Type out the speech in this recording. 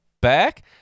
back